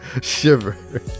shiver